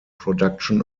production